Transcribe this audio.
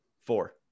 four